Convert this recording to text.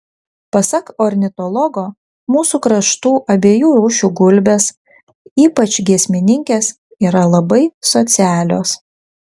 pasak ornitologo mūsų kraštų abiejų rūšių gulbės ypač giesmininkės yra labai socialios